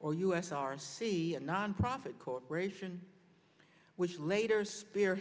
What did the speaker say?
or us r c a nonprofit corporation which later spear